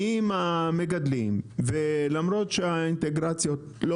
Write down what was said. באים המגדלים ולמרות שהאינטגרציות לא